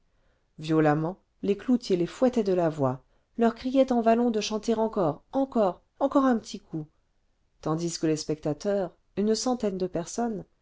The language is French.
violemment les cloutiers les fouettaient de la voix leur criaient en wallon de chanter encore encore encore un petit coup tandis que les spectateurs une centaine de personnes